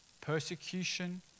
persecution